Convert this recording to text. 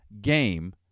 game